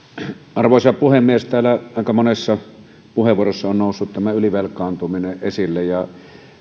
arvoisa puhemies täällä aika monessa puheenvuorossa on noussut esille ylivelkaantuminen ja